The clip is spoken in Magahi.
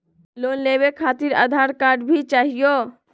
लोन लेवे खातिरआधार कार्ड भी चाहियो?